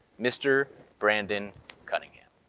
mr. brandon cunningham.